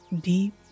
deep